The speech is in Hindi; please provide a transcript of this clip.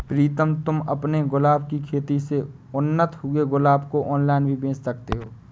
प्रीतम तुम अपने गुलाब की खेती से उत्पन्न हुए गुलाब को ऑनलाइन भी बेंच सकते हो